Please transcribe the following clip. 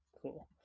cool